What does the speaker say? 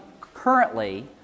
Currently